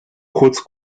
kurz